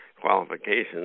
qualifications